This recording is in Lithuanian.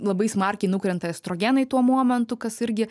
labai smarkiai nukrenta estrogenai tuo momentu kas irgi